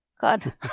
god